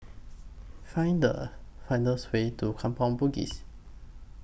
Find The Way to Kampong Bugis